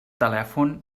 telèfon